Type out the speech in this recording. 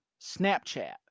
Snapchat